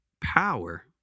power